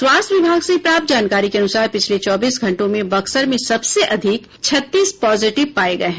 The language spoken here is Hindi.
स्वास्थ्य विभाग से प्राप्त जानकारी के अनुसार पिछले चौबीस घंटों में बक्सर में सबसे अधिक छत्तीस पॉजिटिव पाए गए हैं